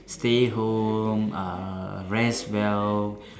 stay home uh rest well